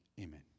Amen